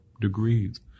degrees